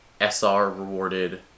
SR-rewarded